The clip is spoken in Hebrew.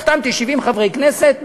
החתמתי 70 חברי כנסת,